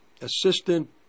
assistant